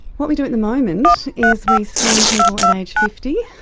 what we do at the moment is we screen people at age fifty.